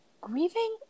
grieving